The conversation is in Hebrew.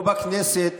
פה בכנסת